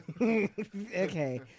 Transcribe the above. Okay